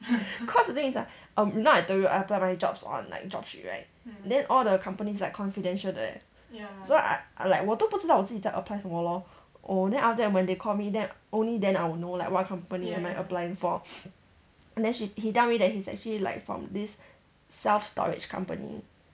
cause the thing is like um you know I told you I applied my jobs on like jobstreet right then all the company is like confidential 的 leh so I I like 我都不知道我自己在 apply 什么 lor oh then after that when they call me then only then I will know like what company am I applying for then she he tell me that he's actually like from this self-storage company